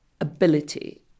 ability